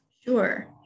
Sure